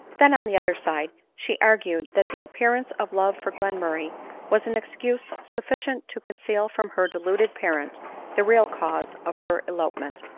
then, on the other side, she argued that the appearance of love for glenmurray was an excuse sufficient to conceal from her deluded parent the real cause of her elopement.